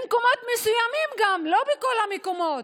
במקומות מסוימים, לא בכל המקומות,